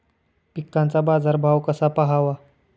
पिकांचा बाजार भाव कसा पहावा?